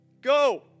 go